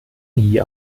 nie